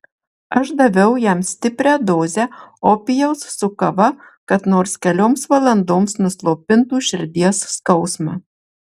aš daviau jam stiprią dozę opijaus su kava kad nors kelioms valandoms nuslopintų širdies skausmą